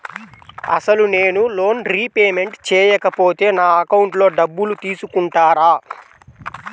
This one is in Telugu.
అసలు నేనూ లోన్ రిపేమెంట్ చేయకపోతే నా అకౌంట్లో డబ్బులు తీసుకుంటారా?